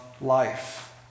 life